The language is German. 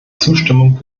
zustimmung